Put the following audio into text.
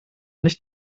nicht